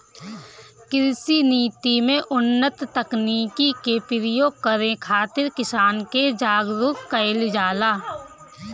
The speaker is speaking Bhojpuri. कृषि नीति में उन्नत तकनीकी के प्रयोग करे खातिर किसान के जागरूक कईल जाला